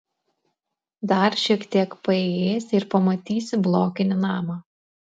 dar šiek tiek paėjėsi ir pamatysi blokinį namą